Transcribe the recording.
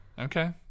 Okay